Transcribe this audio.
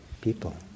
people